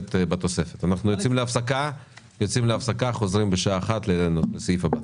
יוצאים להפסקה ונחזור בשעה 13:00 לדיון הבא.